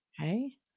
okay